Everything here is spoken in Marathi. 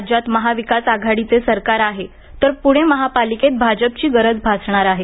राज्यात महाविकास आघाडीचे सरकार आहे तर पुणे महापालिकेत भाजपची गरज भासणार आहे